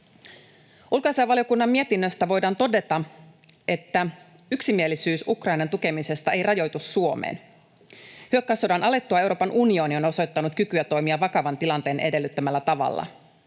Ulkoasiainvaliokunnan mietinnöstä voidaan todeta, että yksimielisyys Ukrainan tukemisesta ei rajoitu Suomeen. Hyökkäyssodan alettua Euroopan unioni on osoittanut kykyä toimia vakavan tilanteen edellyttämällä tavalla.